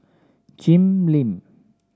Jim Lim